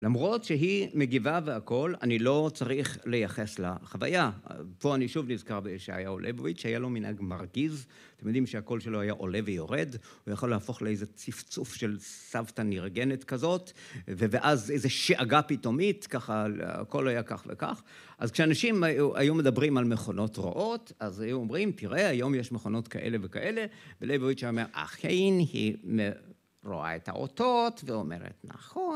למרות שהיא מגיבה והכול, אני לא צריך לייחס לה חוויה. פה אני שוב נזכר שהיה לו לליבובץ, שהיה לו מנהג מרגיז. אתם יודעים שהכול שלו היה עולה ויורד, הוא יכול להפוך לאיזה צפצוף של סבתא נרגנת כזאת, ואז איזו שעגה פתאומית, הכול היה כך וכך. אז כשאנשים היו מדברים על מכונות רעות, אז היו אומרים, תראה, היום יש מכונות כאלה וכאלה, וליבוביץ אמר, אכן, היא רואה את האותות ואומרת, נכון.